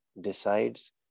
decides